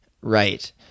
right